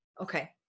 Okay